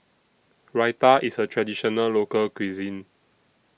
Raita IS A Traditional Local Cuisine